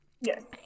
Yes